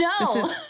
No